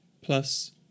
plus